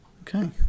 Okay